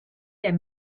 der